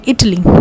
Italy